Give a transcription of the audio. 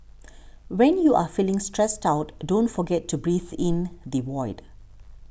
when you are feeling stressed out don't forget to breathe into the void